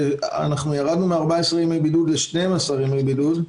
ירדנו מ-14 ימי בידוד ל-12 ימי בידוד,